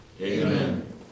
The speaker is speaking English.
Amen